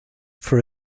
for